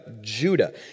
Judah